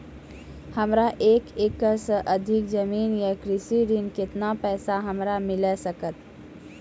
हमरा एक एकरऽ सऽ अधिक जमीन या कृषि ऋण केतना पैसा हमरा मिल सकत?